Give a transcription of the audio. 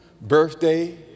birthday